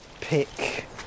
pick